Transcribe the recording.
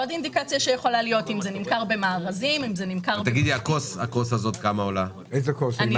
עוד אינדיקציה שיכולה להיות לגבי רב-פעמי / חד-פעמי היא